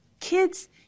kids